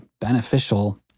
beneficial